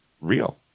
real